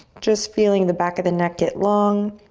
just feeling the back of the neck get long.